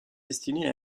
destinée